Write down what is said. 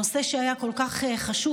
נושא שהיה כל כך חשוב,